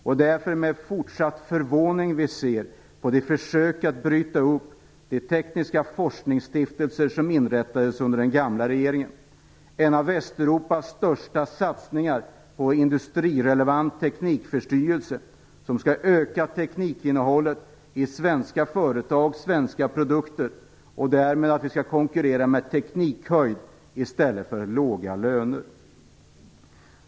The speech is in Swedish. Det är därför med fortsatt förvåning vi ser på de försök att bryta upp de tekniska forskningsstiftelser som inrättades under den förra regeringen. Det var en av Västeuropas största satsningar på industrirelevant teknikförnyelse som skall öka teknikinnehållet i svenska företag och svenska produkter så att vi därmed kan konkurrera med teknikhöjd i stället för med låga löner.